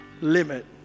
limit